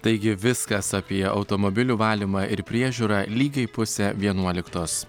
taigi viskas apie automobilių valymą ir priežiūrą lygiai pusę vienuoliktos